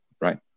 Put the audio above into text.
Right